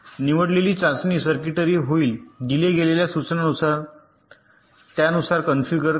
निवडलेली चाचणी सर्किटरी होईल दिले गेलेल्या सूचनानुसार त्यानुसार कॉन्फिगर केले